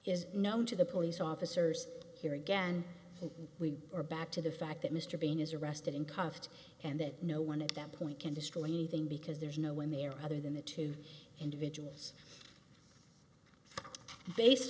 is known to the police officers here again and we are back to the fact that mr bean is arrested in cuffed and that no one at that point can destroy anything because there's no way or other than the two individuals based